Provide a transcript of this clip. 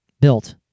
built